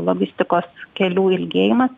logistikos kelių ilgėjimas